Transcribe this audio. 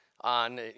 on